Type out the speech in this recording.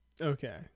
okay